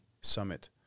Summit